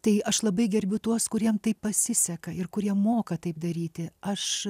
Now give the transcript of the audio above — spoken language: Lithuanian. tai aš labai gerbiu tuos kuriem tai pasiseka ir kurie moka taip daryti aš